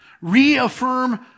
Reaffirm